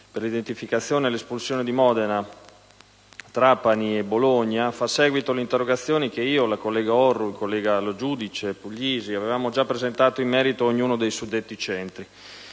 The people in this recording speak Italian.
per l'identificazione e l'espulsione di Modena, Trapani e Bologna, fa seguito alle interrogazioni che le colleghe Orrù e Puglisi, il collega Lo Giudice ed io avevamo già presentato in merito a ognuno dei suddetti centri.